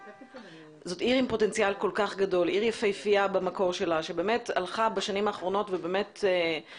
עיר יפהפייה במקור שלה שבאמת הלכה בשנים האחרונות והפכה